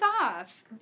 off